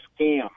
scam